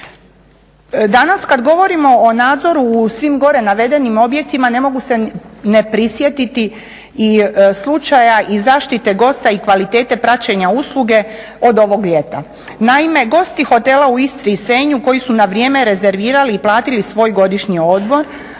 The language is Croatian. Danas kada govorimo o nadzoru u svim gore navedenim objektima, ne mogu se ne prisjetiti i slučaja i zaštite gosta i kvalitete praćenja usluge od ovog ljeta. Naime gosti hotela u Istri i Senju koji su na vrijeme rezervirali i platiti svoj godišnji odmor,